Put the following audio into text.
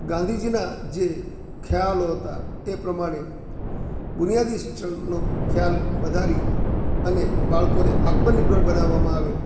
ગાંધીજીના જે ખ્યાલો હતા એ પ્રમાણે બુનિયાદી શિક્ષણનો ખ્યાલ વધારી અને બાળકોને આત્મનિર્ભર બનાવવામાં આવે